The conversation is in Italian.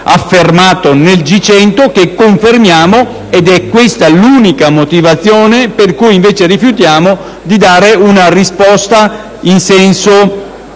affermata nel G100 e confermata adesso. Questa è l'unica motivazione per cui invece rifiutiamo di dare una risposta nel senso